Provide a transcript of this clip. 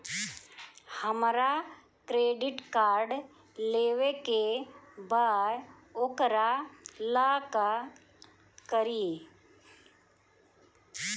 हमरा credit card लेवे के बा वोकरा ला का करी?